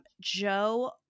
Joe